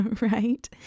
right